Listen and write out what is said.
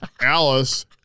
Alice